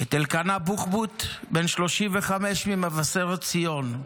את אלקנה בוחבוט, בן 35 ממבשרת ציון.